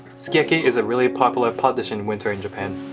sukiyaki is a really popular pot dish in winter in japan.